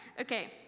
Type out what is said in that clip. Okay